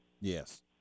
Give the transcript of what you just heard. Yes